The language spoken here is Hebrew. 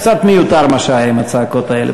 קצת מיותר מה שהיה עם הצעקות האלה.